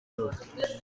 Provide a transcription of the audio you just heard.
yose